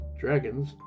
dragons